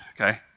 okay